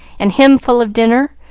and him full of dinner,